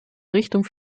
richtung